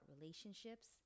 relationships